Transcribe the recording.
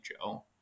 Joe